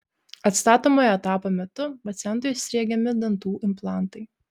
atstatomojo etapo metu pacientui sriegiami dantų implantai